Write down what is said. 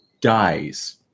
dies